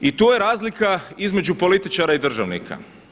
I tu je razlika između političara i državnika.